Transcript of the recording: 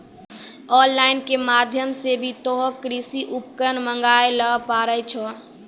on line के माध्यम से भी तोहों कृषि उपकरण मंगाय ल पारै छौ